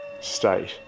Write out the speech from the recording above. state